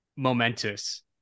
momentous